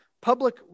public